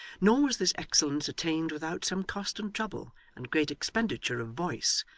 nor was this excellence attained without some cost and trouble and great expenditure of voice,